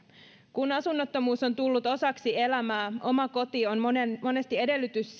kun asunnottomuus on tullut osaksi elämää oma koti on monesti edellytys